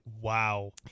Wow